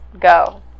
Go